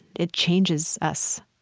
it changes us.